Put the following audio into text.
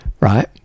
right